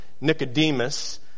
Nicodemus